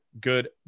good